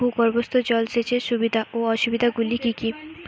ভূগর্ভস্থ জল সেচের সুবিধা ও অসুবিধা গুলি কি কি?